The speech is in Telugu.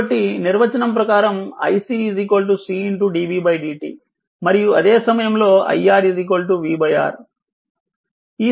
కాబట్టి నిర్వచనం ప్రకారం iC C dv dt మరియు అదే సమయంలో iR v R